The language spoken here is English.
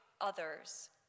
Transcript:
others